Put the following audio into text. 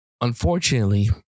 unfortunately